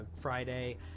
friday